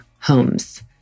homes